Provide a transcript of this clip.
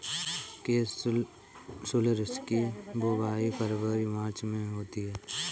capsularis की बुवाई फरवरी मार्च में होती है